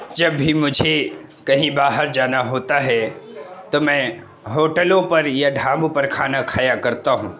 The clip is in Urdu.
جب بھی مجھے کہیں باہر جانا ہوتا ہے تو میں ہوٹلوں پر یا ڈھابوں پر کھانا کھایا کرتا ہوں